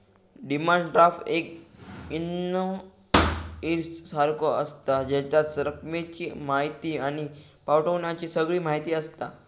demand draft एक invoice सारखो आसता, जेच्यात रकमेची म्हायती आणि पाठवण्याची सगळी म्हायती आसता